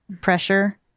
pressure